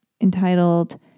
entitled